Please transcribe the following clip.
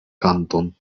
kanton